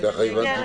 זה יגיע אליכם.